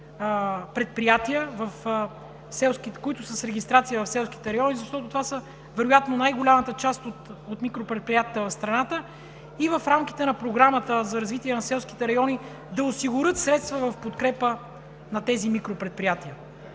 микропредприятия, които са с регистрация в селските райони, защото това са вероятно най-голямата част от микропредприятията в страната и в рамките на Програмата за развитие на селските райони да осигурят средства в подкрепа на тези микропредприятия.